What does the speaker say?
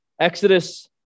Exodus